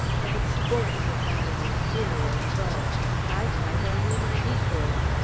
i would scorn to have an inferior foe i fight only my equals.